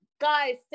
guys